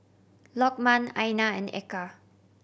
Lokman Aina and Eka